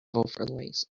overlays